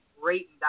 great